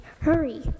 Hurry